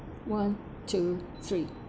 one two three